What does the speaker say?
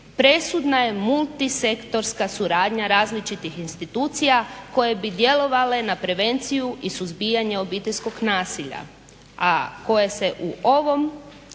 presudna je multisektorska suradnja različitih institucija koje bi djelovale na prevenciju i suzbijanje obiteljskog nasilja, a koje se u ovom